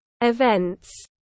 events